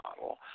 model